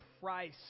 price